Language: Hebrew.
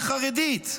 והחרדית.